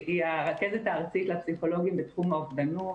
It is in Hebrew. היא הרכזת הארצית לפסיכולוגים בתחום האובדנות.